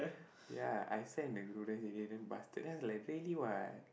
ya I send in the group then he really damn bastard then I like really what